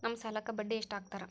ನಮ್ ಸಾಲಕ್ ಬಡ್ಡಿ ಎಷ್ಟು ಹಾಕ್ತಾರ?